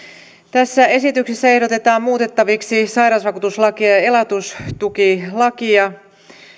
tässä esityksessä ehdotetaan muutettaviksi sairausvakuutuslakia ja ja elatustukilakia